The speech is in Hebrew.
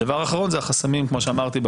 ודבר אחרון כמו שאמרתי,